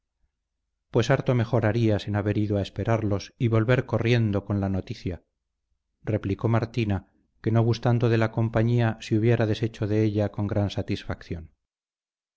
pues harto mejor harías en haber ido a esperarlos y volver corriendo con la noticia replicó martina que no gustando de la compañía se hubiera deshecho de ella con gran satisfacción